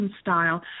style